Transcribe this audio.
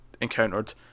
encountered